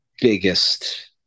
biggest